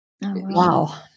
wow